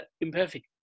imperfect